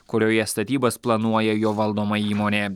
kurioje statybas planuoja jo valdoma įmonė